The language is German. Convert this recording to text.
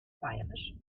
bairisch